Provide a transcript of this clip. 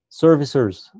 servicers